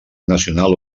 nacional